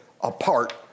apart